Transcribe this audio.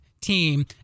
team